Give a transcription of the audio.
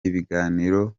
ibiganiro